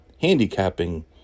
handicapping